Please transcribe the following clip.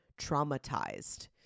traumatized